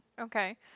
Okay